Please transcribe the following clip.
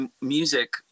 music